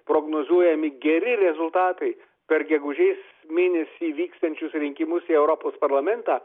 prognozuojami geri rezultatai per gegužės mėnesį vyksiančius rinkimus į europos parlamentą